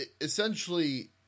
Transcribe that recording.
essentially